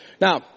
Now